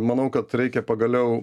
manau kad reikia pagaliau